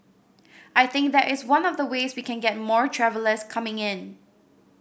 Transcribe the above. I think that is one of the ways we can get more travellers coming in